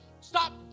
Stop